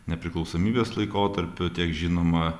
nepriklausomybės laikotarpiu tiek žinoma